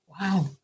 wow